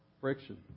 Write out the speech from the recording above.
friction